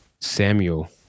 Samuel